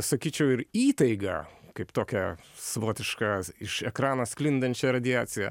sakyčiau ir įtaigą kaip tokią savotišką iš ekrano sklindančią radiaciją